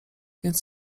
więc